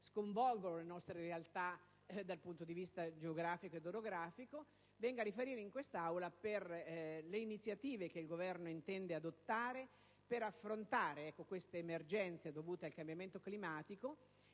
sconvolgono le nostre realtà dal punto di vista geografico e orografico - e sulle iniziative che il Governo intende adottare per affrontare queste emergenze dovute al cambiamento climatico